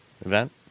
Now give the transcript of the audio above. event